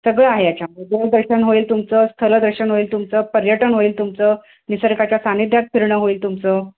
सगळं आहे याच्यामध्ये देवदर्शन होईल तुमचं स्थलदर्शन होईल तुमचं पर्यटन होईल तुमचं निसर्गाच्या सान्निध्यात फिरणं होईल तुमचं